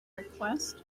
request